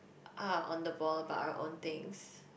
are on the ball but are on thing